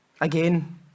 Again